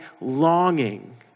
longing